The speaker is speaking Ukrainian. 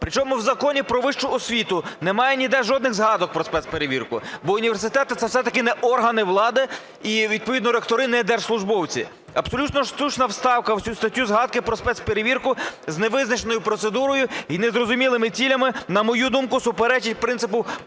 Причому в Законі "Про вищу освіту" немає ніде жодних згадок про спецперевірку, бо університети – це все-таки не органи влади і відповідно ректори – не держслужбовці. Абсолютно штучна вставка в цю статтю згадки про спецперевірку з невизначеною процедурою і незрозумілими цілями, на мою думку, суперечить принципу